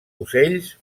ocells